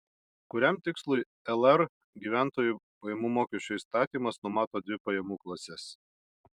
kuriam tikslui lr gyventojų pajamų mokesčio įstatymas numato dvi pajamų klases